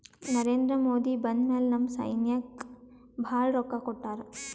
ನರೇಂದ್ರ ಮೋದಿ ಬಂದ್ ಮ್ಯಾಲ ನಮ್ ಸೈನ್ಯಾಕ್ ಭಾಳ ರೊಕ್ಕಾ ಕೊಟ್ಟಾರ